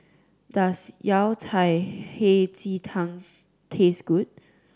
does Yao Cai Hei Ji Tang taste good